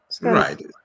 Right